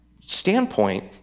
standpoint